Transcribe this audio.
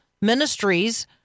ministries